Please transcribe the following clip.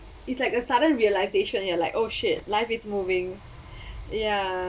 it's like a sudden realization you are like oh shit life is moving ya